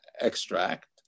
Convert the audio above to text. extract